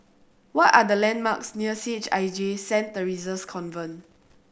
what are the landmarks near C H I J Saint Theresa's Convent